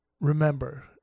remember